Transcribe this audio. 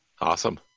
Awesome